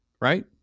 right